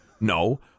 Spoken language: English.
No